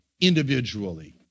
individually